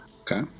Okay